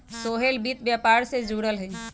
सोहेल वित्त व्यापार से जुरल हए